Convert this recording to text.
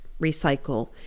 recycle